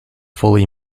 fully